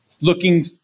looking